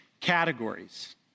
categories